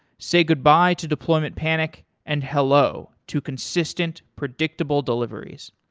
say goodbye to deployment panic and hello to consistent predictable deliveries.